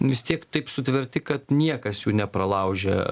vis tiek taip sutverti kad niekas jų nepralaužia